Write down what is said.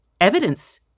evidence